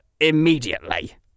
immediately